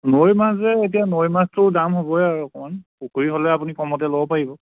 নৈৰ মাছ যে এতিয়া নৈৰ মাছটোৰ দাম হ'বই আৰু অকণমান পুখুৰীৰ হ'লে আপুনি কমতে ল'ব পাৰিব